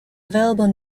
available